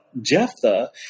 Jephthah